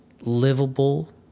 livable